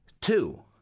two